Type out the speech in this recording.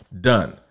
Done